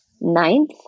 ninth